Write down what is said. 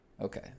Okay